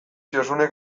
josunek